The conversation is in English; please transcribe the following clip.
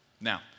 Now